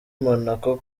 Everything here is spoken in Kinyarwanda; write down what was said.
monaco